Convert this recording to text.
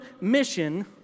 mission